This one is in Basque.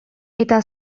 eta